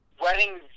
Wedding